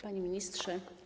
Panie Ministrze!